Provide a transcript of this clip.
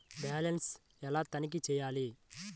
Balance ఎలా తనిఖీ చేయాలి?